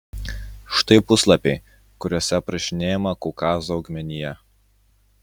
štai puslapiai kuriuose aprašinėjama kaukazo augmenija